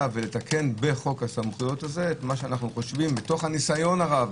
ולתקן בחוק הסמכויות הזה את מה שאנו חושבים מתוך הניסיון הרב